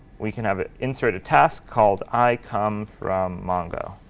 we can have it insert a task called i come from mongo.